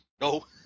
No